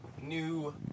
new